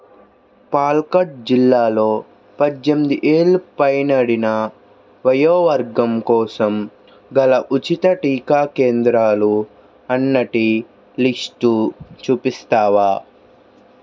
పాల్కడ్ జిల్లాలో పద్దెనిమిది ఏళ్ళు పైన పడిన వయోవర్గం కోసం గల ఉచిత టీకా కేంద్రాలు అనేటి లిస్టు చూపిస్తావా